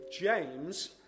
James